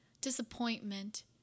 disappointment